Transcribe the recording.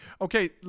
Okay